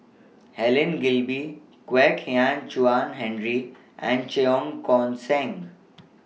Helen Gilbey Kwek Hian Chuan Henry and Cheong Koon Seng